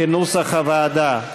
כנוסח הוועדה.